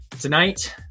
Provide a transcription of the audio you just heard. Tonight